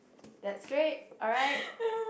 that's great alright